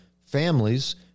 families